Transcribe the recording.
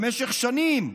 במשך שנים,